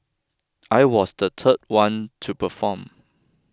I was the third one to perform